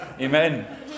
Amen